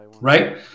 right